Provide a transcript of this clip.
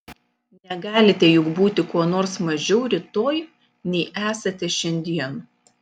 negalite juk būti kuo nors mažiau rytoj nei esate šiandien